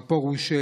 הרב פרוש: